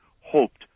hoped